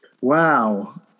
Wow